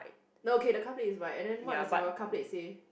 no okay the car plate is white and then what does your car plate say